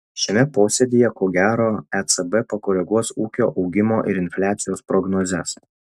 šiame posėdyje ko gero ecb pakoreguos ūkio augimo ir infliacijos prognozes